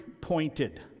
pointed